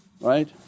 right